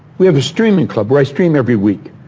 we have a streaming club, where i stream every week,